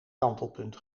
kantelpunt